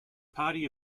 party